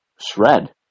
shred